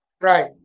Right